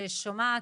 ששומעת,